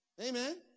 Amen